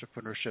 entrepreneurship